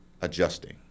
adjusting